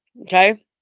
Okay